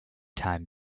time